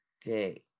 day